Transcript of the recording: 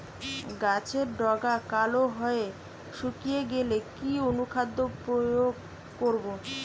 গাছের ডগা কালো হয়ে শুকিয়ে গেলে কি অনুখাদ্য প্রয়োগ করব?